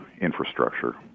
infrastructure